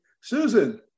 Susan